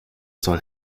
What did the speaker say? soll